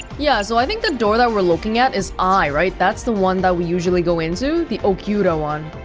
yeah, so i think the door that we're looking at is i, right? that's the one that we usually go into, the okiura one